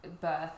birth